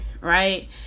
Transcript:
right